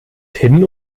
hin